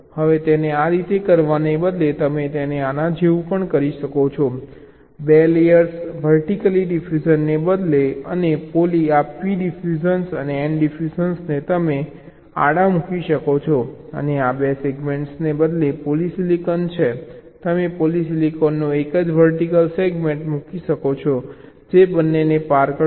હવે તેને આ રીતે કરવાને બદલે તમે તેને આના જેવું પણ કરી શકો છો 2 લેયર્સ વર્ટિકલી ડિફ્યુઝનને બદલે અને પોલિ આ p ડિફ્યુઝન અને n ડિફ્યુઝન તમે તેમને આડા મૂકી શકો છો અને 2 સેગમેન્ટ્સને બદલે પોલિસિલિકન છે તમે પોલિસીલીકોનનો એક જ વર્ટિકલ સેગમેન્ટ મૂકી શકે છે જે બંનેને પાર કરશે